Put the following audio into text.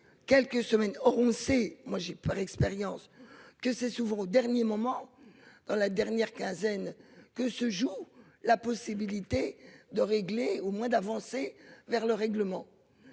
quelques semaines auront c'est moi j'ai pas l'expérience que c'est souvent au dernier moment dans la dernière quinzaine que se joue la possibilité de régler au mois d'avancer vers le règlement.